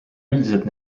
üldiselt